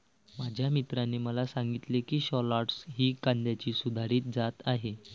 माझ्या मित्राने मला सांगितले की शालॉट्स ही कांद्याची सुधारित जात आहे